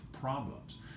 problems